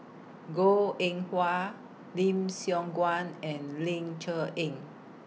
Goh Eng Wah Lim Siong Guan and Ling Cher Eng